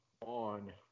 on